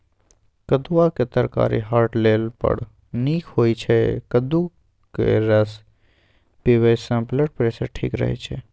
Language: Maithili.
कद्दुआक तरकारी हार्ट लेल बड़ नीक होइ छै कद्दूक रस पीबयसँ ब्लडप्रेशर ठीक रहय छै